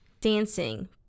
dancing